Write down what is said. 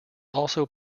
also